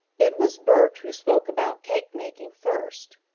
it was bert who spoke about cake-making first.